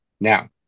Now